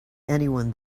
anyone